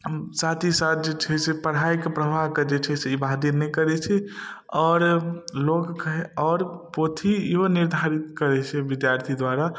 हम साथ ही साथ जे छै से पढ़ाइके प्रभावके जे छै से ई बाध्य नहि करै छै आओर लोकके आओर पोथी इहो निर्धारित करै छै विद्यार्थी द्वारा